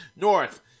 North